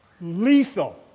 lethal